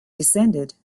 descended